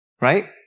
Right